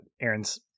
Aaron's